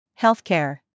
Healthcare